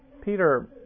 Peter